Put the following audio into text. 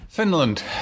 Finland